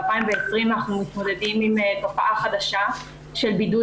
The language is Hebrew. ב-2020 אנחנו מתמודדים עם תופעה חדשה של בידוד